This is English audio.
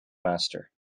master